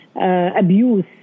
abuse